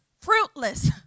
fruitless